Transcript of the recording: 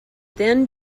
then